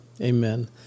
Amen